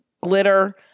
glitter